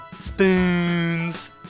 Spoons